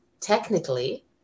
technically